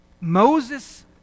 Moses